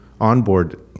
onboard